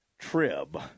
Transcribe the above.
Trib